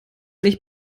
nicht